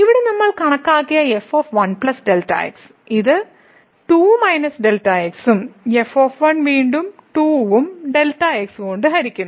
ഇവിടെ നമ്മൾ കണക്കാക്കിയ f 1 Δx ഇത് 2 Δx ഉം f വീണ്ടും 2 ഉം Δx കൊണ്ട് ഹരിക്കുന്നു